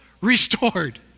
restored